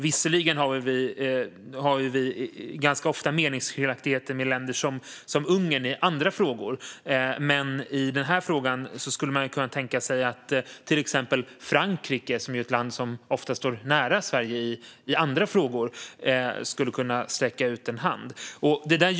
Visserligen har vi ganska ofta meningsskiljaktigheter med länder som Ungern i andra frågor. I den här frågan skulle man kunna tänka sig att till exempel Frankrike, som är ett land som ofta står nära Sverige i andra frågor, skulle kunna sträcka ut en hand. Fru talman!